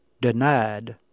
denied